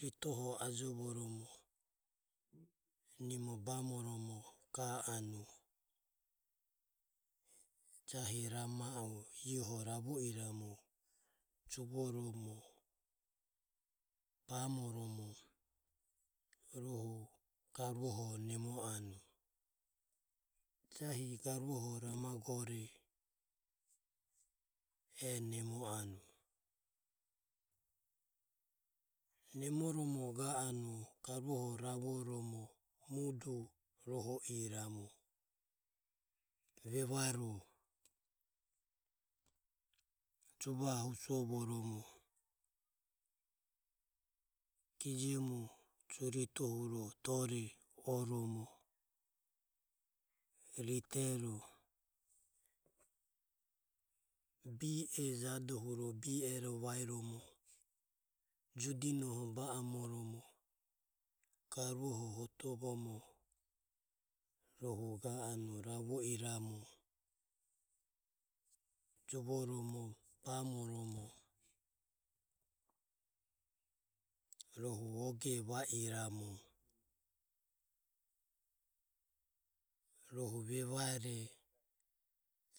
Ritoho ajovoromo nimo bamoromo ga anue jahi rama e ieho ravo iramu juvo romo bamoromo rohu garuho nemo anue. Jahi garuho rama gore e nemo anue. Nemoromo ga anue garuho ravoromo muduroho iramu vevaro juvaho husovoromo gijomu juritohuro. Dore oromo ritero, be e jadohuro be ero vaeromo, judinoho ba amoromo garuho hotovoromo rohu ga anue ravo iramu juvoromo bamoromo rohu oge va iramu rohu vevare